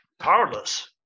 powerless